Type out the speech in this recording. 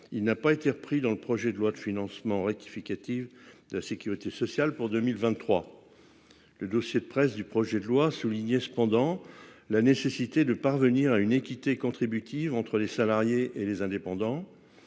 il n'a pas été repris dans le projet de loi de financement rectificative de la sécurité sociale pour 2023. Le dossier de presse du projet de loi soulignait cependant la nécessité de « parvenir à une équité contributive entre les salariés et les indépendants